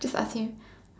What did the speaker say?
just ask him